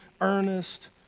earnest